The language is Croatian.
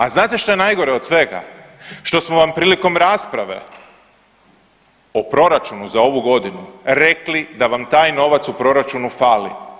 A znate što je najgore od svega, što smo vam prilikom rasprave o proračunu za ovu godinu rekli da vam taj novac u proračunu fali.